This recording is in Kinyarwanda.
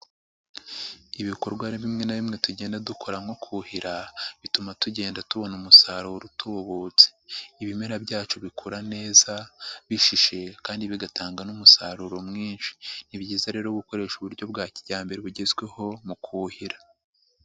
Ibikorwa bimwe na bimwe na bimwe tugenda dukora nko kuhira bituma tugenda tubona umusaruro utubutse. Ibimera byacu bikura neza bishishe kandi bigatanga n'umusaruro mwinshi. Ni byiza rero gukoresha uburyo bwa kijyambere bugezweho mu kuhira.